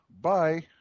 Bye